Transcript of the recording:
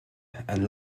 and